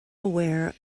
aware